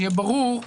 שיהיה ברור.